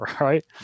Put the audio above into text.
Right